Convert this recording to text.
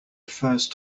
first